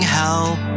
help